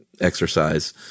exercise